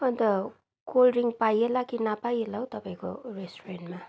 अन्त cold drink पाइएला कि नपाइएला हो तपाईँको रेस्टुरेन्टमा